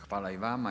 Hvala i vama.